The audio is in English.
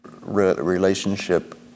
relationship